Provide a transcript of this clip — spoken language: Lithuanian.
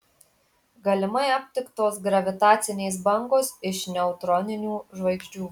galimai aptiktos gravitacinės bangos iš neutroninių žvaigždžių